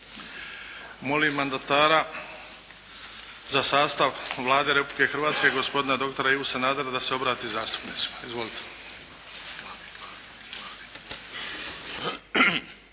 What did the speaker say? Molim mandatara za sastav Vlade Republike Hrvatske gospodina doktora Ivu Sanadera da se obrati zastupnicima. Izvolite!